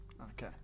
Okay